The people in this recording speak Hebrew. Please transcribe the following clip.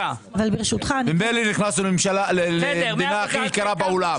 ממילא נכנסנו למדינה הכי יקרה בעולם.